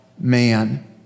man